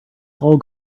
all